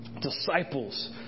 disciples